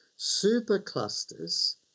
superclusters